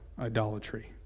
idolatry